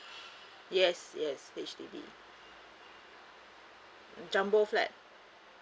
yes yes H_D_B jumbo flat